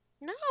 no